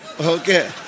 Okay